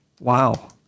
Wow